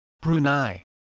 Brunei